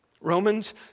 Romans